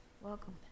Welcome